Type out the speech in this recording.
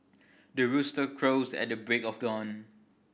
the rooster crows at the break of dawn